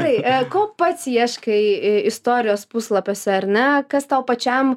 tai ko pats ieškai istorijos puslapiuose ar ne kas tau pačiam